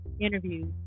interviews